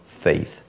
faith